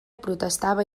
protestava